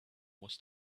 was